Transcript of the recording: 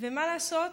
ומה לעשות,